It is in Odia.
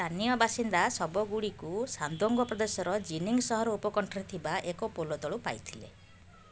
ସ୍ଥାନୀୟ ବାସିନ୍ଦା ଶବ ଗୁଡ଼ିକୁ ଶାନ୍ଦୋଙ୍ଗ ପ୍ରଦେଶର ଜିନିଙ୍ଗ ସହର ଉପକଣ୍ଠରେ ଥିବା ଏକ ପୋଲ ତଳୁ ପାଇଥିଲେ